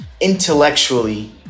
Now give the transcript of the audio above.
intellectually